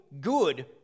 good